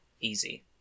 easy